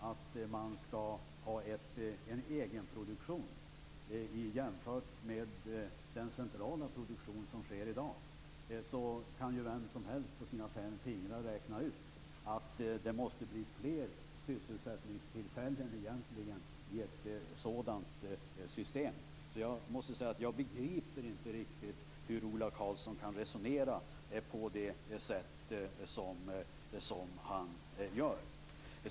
Om man skall ha en egenproduktion, som vi kräver, i stället för den centrala produktion som sker i dag, kan vem som helst på sina fem fingrar räkna ut att det måste bli fler sysselsättningstillfällen i ett sådant system. Det är alldeles uppenbart. Jag begriper inte riktigt hur Ola Karlsson kan resonera på det sätt som han gör.